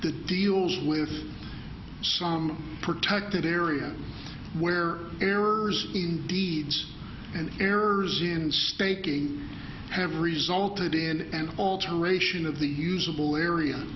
that deals with some protected area where errors in deeds and errors in staking have resulted in an alteration of the usable area